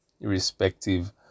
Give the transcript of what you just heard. irrespective